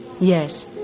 Yes